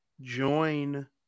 join